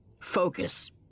Focus